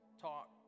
talk